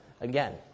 again